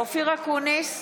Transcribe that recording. אופיר אקוניס,